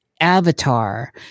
avatar